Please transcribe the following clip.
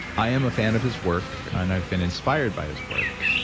i am a fan of his work and i've been inspired by his work.